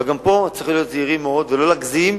אבל גם פה צריך להיות זהירים מאוד ולא להגזים,